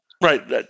Right